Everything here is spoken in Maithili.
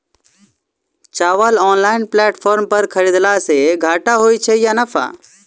चावल ऑनलाइन प्लेटफार्म पर खरीदलासे घाटा होइ छै या नफा?